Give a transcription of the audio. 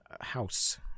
house